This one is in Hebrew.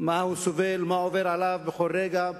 ממה הוא סובל, מה עובר עליו בכל רגע.